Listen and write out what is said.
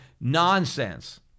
nonsense